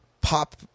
pop